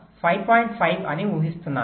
5 అని ఊహిస్తున్నాను